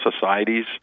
societies